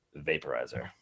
vaporizer